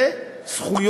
וזה זכות